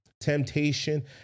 temptation